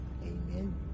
Amen